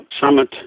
summit